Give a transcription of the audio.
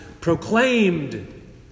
proclaimed